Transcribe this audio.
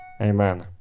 Amen